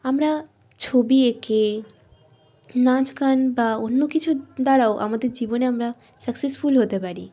আমরা ছবি এঁকে নাচ গান বা অন্য কিছুর দ্বারাও আমাদের জীবনে আমরা সাকসেসফুল হতে পারি